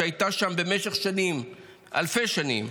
שהייתה שם במשך אלפי שנים,